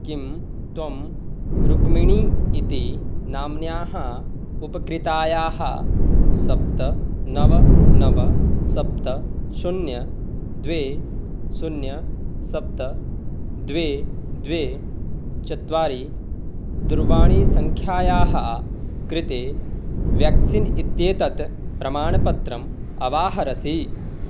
किं त्वं रुक्मिणी इति नाम्न्याः उपकृतायाः सप्त नव नव सप्त शून्यं द्वे शून्यं सप्त द्वे द्वे चत्वारि दूरवाणीसङ्ख्यायाः कृते व्याक्सीन् इत्येतत् प्रमाणपत्रम् अवाहरसि